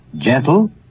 gentle